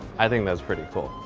i think that's pretty cool.